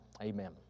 Amen